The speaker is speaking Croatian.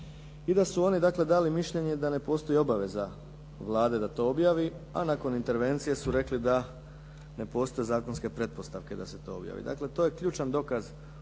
i da su oni dakle, dali mišljenje da ne postoji obaveza Vlade da to objavi a nakon intervencije su rekli da ne postoje zakonske pretpostavke da se to objavi. Dakle, to je ključan dokaz ustvari